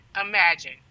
imagine